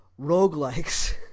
roguelikes